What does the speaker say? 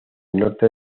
norte